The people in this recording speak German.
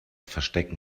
verstecken